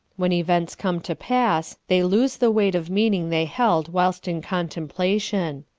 when events come to pass, they lose the weight of meaning they held whilst in contemplation.